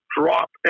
drop